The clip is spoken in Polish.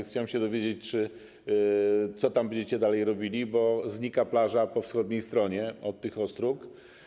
Chciałem się dowiedzieć, co tam będziecie dalej robili, bo znika plaża po wschodniej stronie tych ostróg.